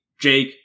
Jake